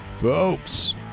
Folks